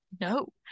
No